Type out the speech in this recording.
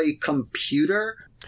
computer